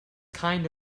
kind